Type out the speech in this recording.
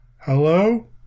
hello